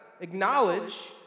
acknowledge